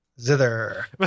zither